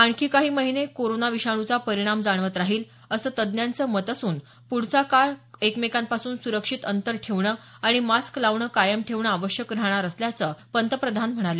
आणखी काही महिने कोरोना विषाण्चा परिणाम जाणवत राहील असं तज्ञांचं मत असून पुढचा काही काळ एकमेकांपासून सुरक्षित अंतर ठेवणं आणि मास्क लावणं कायम ठेवणं आवश्यक राहणार असल्याचं पंतप्रधान म्हणाले